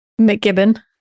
McGibbon